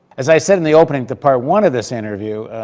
as i said in the opening to part one of this interview,